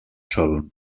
sol